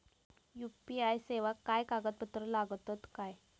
UPI सेवाक काय कागदपत्र लागतत काय?